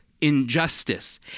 injustice